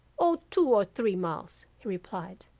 o, two or three miles he replied,